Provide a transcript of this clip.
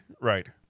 right